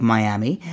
Miami